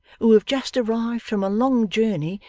who have just arrived from a long journey,